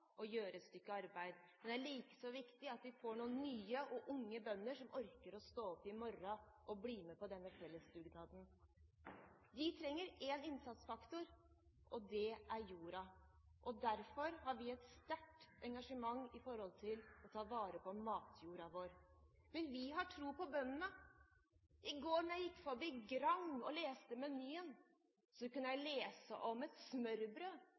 gjøre et stykke arbeid, men det er like viktig at vi får noen nye og unge bønder som orker å stå opp i morgen og bli med på denne fellesdugnaden. De trenger én innsatsfaktor, og det er jorden. Derfor har vi et sterkt engasjement når det gjelder å ta vare på matjorden vår. Men vi har tro på bøndene. I går da jeg gikk forbi Grand og leste menyen, så kunne jeg lese om et smørbrød